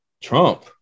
Trump